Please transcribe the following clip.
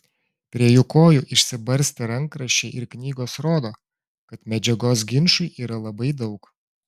prie jų kojų išsibarstę rankraščiai ir knygos rodo kad medžiagos ginčui yra labai daug